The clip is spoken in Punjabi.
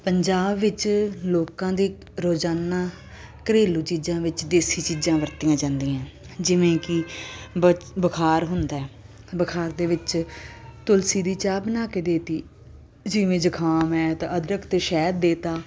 ਪੰਜਾਬ ਵਿੱਚ ਲੋਕਾਂ ਦੇ ਰੋਜ਼ਾਨਾ ਘਰੇਲੂ ਚੀਜ਼ਾਂ ਵਿੱਚ ਦੇਸੀ ਚੀਜ਼ਾਂ ਵਰਤੀਆਂ ਜਾਂਦੀਆਂ ਜਿਵੇਂ ਕਿ ਬ ਬੁਖਾਰ ਹੁੰਦਾ ਬੁਖਾਰ ਦੇ ਵਿੱਚ ਤੁਲਸੀ ਦੀ ਚਾਹ ਬਣਾ ਕੇ ਦੇਤੀ ਜਿਵੇਂ ਜੁਕਾਮ ਹੈ ਤਾਂ ਅਦਰਕ ਅਤੇ ਸ਼ਹਿਦ ਦੇਤਾ